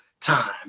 time